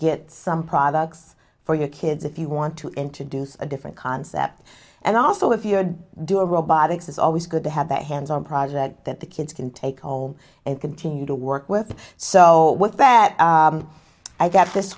get some products for your kids if you want to introduce a different concept and also if you're doing robotics it's always good to have a hands on project that the kids can take home and continue to work with so what that i that this